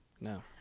no